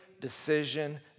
decision